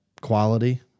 quality